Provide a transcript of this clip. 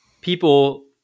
people